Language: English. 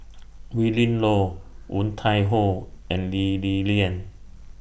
Willin Low Woon Tai Ho and Lee Li Lian